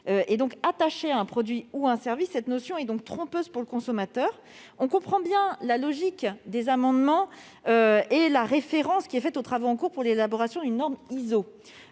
Attachée à un produit ou un service, cette notion est donc trompeuse pour le consommateur. On comprend bien la logique des amendements et la référence qui est faite aux travaux en cours pour l'élaboration d'une norme ISO